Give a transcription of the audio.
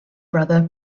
brother